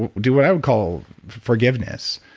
do what i would call forgiveness.